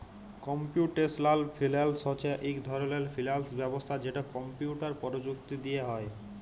computational finance হছে ইক ধরলের ফিল্যাল্স ব্যবস্থা যেট কম্পিউটার পরযুক্তি দিঁয়ে হ্যয়